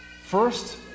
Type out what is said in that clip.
first